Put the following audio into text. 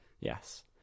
Yes